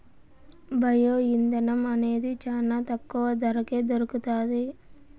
bio ఇంధనం అనేది చానా తక్కువ ధరకే దొరుకుతాది